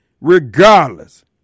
regardless